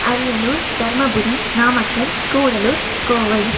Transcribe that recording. Ariyalur Dharmapuri Namakkal Gudalur Kovai